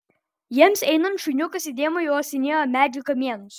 jiems einant šuniukas įdėmiai uostinėjo medžių kamienus